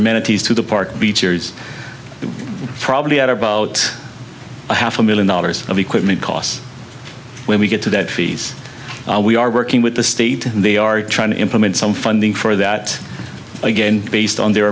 amenities to the park beecher's probably at about a half a million dollars of equipment costs when we get to that fees we are working with the state and they are trying to implement some funding for that again based on their